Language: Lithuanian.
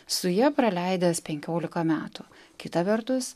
su ja praleidęs penkiolika metų kita vertus